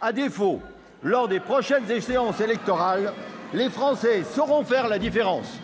À défaut, lors des prochaines échéances électorales, les Français sauront faire la différence